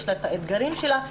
יש את האתגרים שלה,